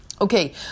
Okay